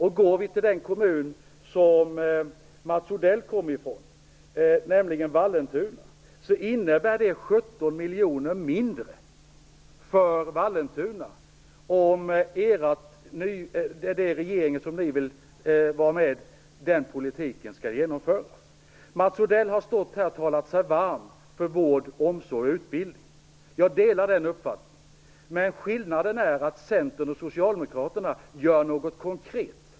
Ser vi till den kommun Mats Odell kommer ifrån, nämligen Vallentuna, innebär det 17 miljoner mindre för Vallentuna om den regeringspolitik ni vill ställa er bakom skulle genomföras. Mats Odell har stått här och talat sig varm för vård, omsorg och utbildning. Jag delar den uppfattningen. Men skillnaden är att Centern och Socialdemokraterna gör något konkret.